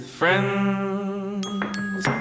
friends